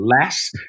less